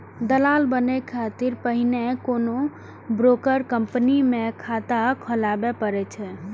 दलाल बनै खातिर पहिने कोनो ब्रोकर कंपनी मे खाता खोलबय पड़ै छै